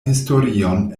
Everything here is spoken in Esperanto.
historion